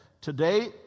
Today